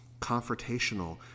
confrontational